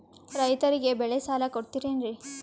ರೈತರಿಗೆ ಬೆಳೆ ಸಾಲ ಕೊಡ್ತಿರೇನ್ರಿ?